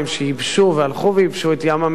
שהלכו וייבשו את ים-המלח,